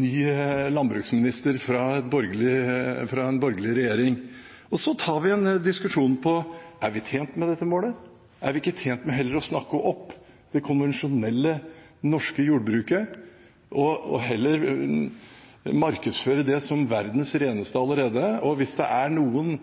ny landbruksminister fra en borgerlig regjering. Så tar vi en diskusjon rundt spørsmålene: Er vi tjent med dette målet? Er vi ikke tjent med heller å snakke opp det konvensjonelle norske jordbruket og markedsføre det som verdens reneste allerede? Og hvis det er noen